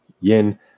yin